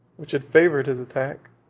which had favored his attack,